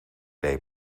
day